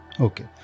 Okay